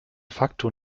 facto